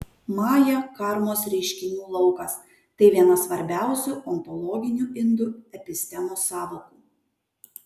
maja karmos reiškinių laukas tai viena svarbiausių ontologinių indų epistemos sąvokų